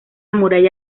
muralla